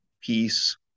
peace